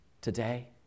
today